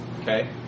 okay